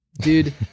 Dude